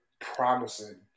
promising